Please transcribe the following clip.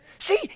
See